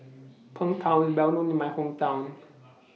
Png Tao IS Well known in My Hometown